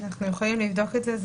אנחנו יכולים לבדוק את זה.